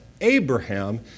Abraham